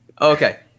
Okay